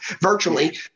virtually